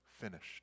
finished